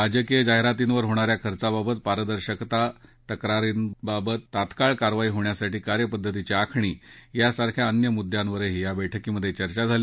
राजकीय जाहिरातीवर होणाऱ्या खर्चाबाबत पारदर्शकता तक्रारींवर तात्काळ कारवाई होण्यासाठी कार्यपद्धतीची आखणी यासारख्या अन्य मुद्यांवरही या बैठकीत चर्चा झाली